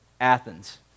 Athens